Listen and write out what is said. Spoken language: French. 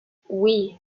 oui